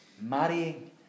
marrying